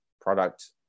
product